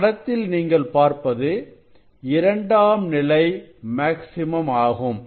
படத்தில் நீங்கள் பார்ப்பது இரண்டாம் நிலை மேக்சிமம் ஆகும்